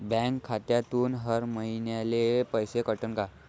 Bank खात्यातून हर महिन्याले पैसे कटन का?